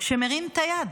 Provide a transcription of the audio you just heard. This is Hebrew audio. שמרים את היד.